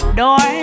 door